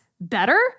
better